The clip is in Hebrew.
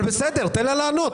תן לה לענות.